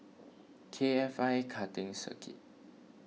K F I Karting Circuit